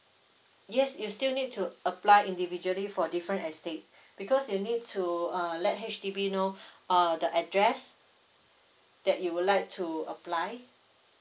yes you still need to apply individually for different estate because you need to uh let H_D_B know uh the address that you would like to apply